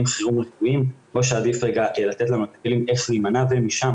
או שעדיף לתת להם את הכלים איך להימנע ומשם,